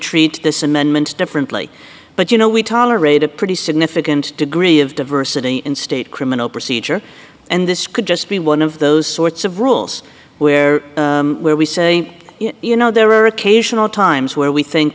treat this amendment differently but you know we tolerate a pretty significant degree of diversity in state criminal procedure and this could just be one of those sorts of rules where where we say you know there are occasional times where we think